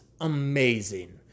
amazing